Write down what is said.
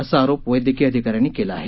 असा आरोप वैद्यकीय अधिकाऱ्यांनी केला आहे